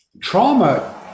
trauma